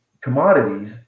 commodities